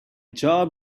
job